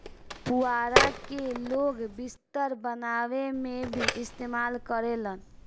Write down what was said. पुआरा के लोग बिस्तर बनावे में भी इस्तेमाल करेलन